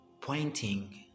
pointing